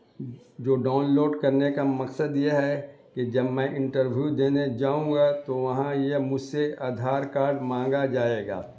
جو ڈاؤنلوڈ کرنے کا مقصد یہ ہے کہ جب میں انٹرویو دینے جاؤں گا تو وہاں یہ مجھ سے آدھار کارڈ مانگا جائے گا